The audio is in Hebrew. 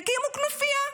יקימו כנופיה,